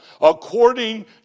according